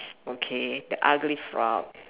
okay the ugly frog